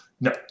no